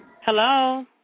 Hello